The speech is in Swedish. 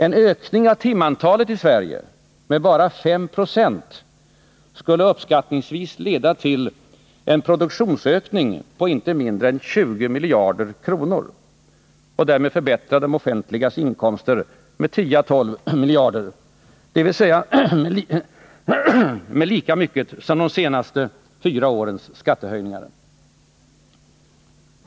En ökning av timantalet med bara 5 96 skulle uppskattningsvis leda till en produktionsökning på inte mindre än 20 miljarder kronor och därmed förbättra det offentligas inkomster med 10-12 miljarder, dvs. med lika mycket som de senaste fyra årens skattehöjningar.